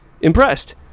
impressed